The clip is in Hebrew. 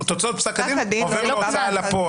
תוצאות פסק הדין עובר להוצאה לפועל.